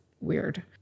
weird